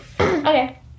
Okay